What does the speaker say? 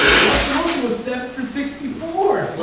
russell wilson was seven for sixty four. like